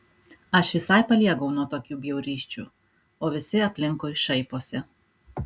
aš visai paliegau nuo tokių bjaurysčių o visi aplinkui šaiposi